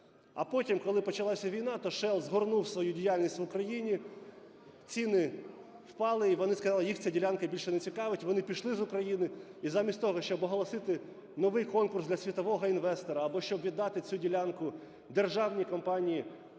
А потім, коли почалася війна, то Shell згорнув свою діяльність в Україні, ціни впали і вони сказали, їх ця ділянка більше не цікавить. Вони пішли з України. І замість того, щоб оголосити новий конкурс для світового інвестора або щоб віддати цю ділянку державній компанії